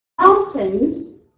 mountains